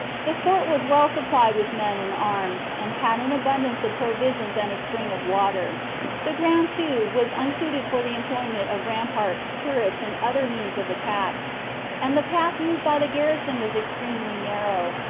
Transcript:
the fort was well supplied with men and arms, and had an abundance of provisions and a spring of water the ground, too, was unsuited for the employment of ramparts, turrets, and other means of attack and the path used by the garrison was extremely narrow,